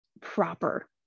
proper